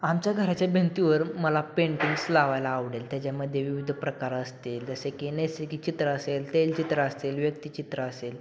आमच्या घराच्या भिंतीवर मला पेंटिंग्स लावायला आवडेल त्याच्यामध्ये विविध प्रकार असतील जसे की नैसर्गिक चित्र असेल तैलचित्र असतील व्यक्तिचित्र असेल